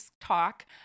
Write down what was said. talk